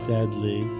Sadly